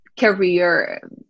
career